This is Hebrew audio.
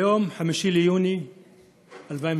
היום, 5 ביוני 2017,